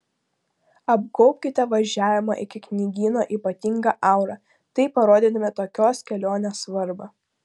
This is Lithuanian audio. apgaubkite važiavimą iki knygyno ypatinga aura taip parodydami tokios kelionės svarbą